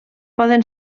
poden